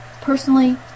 personally